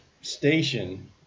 station